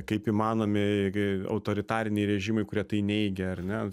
kaip įmanomi autoritariniai režimai kurie tai neigia ar ne